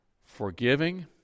forgiving